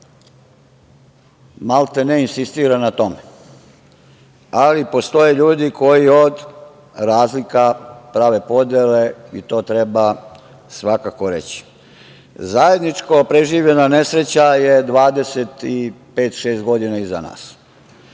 maltene insistira na tome ali postoje ljudi koji od razlika prave podele i to treba svakako reći. Zajednički preživljena nesreća je dvadeset